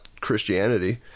Christianity